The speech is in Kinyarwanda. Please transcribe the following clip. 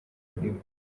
ururimi